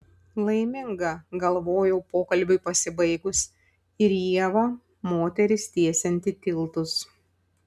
laiminga galvojau pokalbiui pasibaigus ir ieva moteris tiesianti tiltus